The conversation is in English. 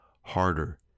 harder